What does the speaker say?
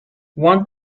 one